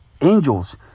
angels